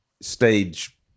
stage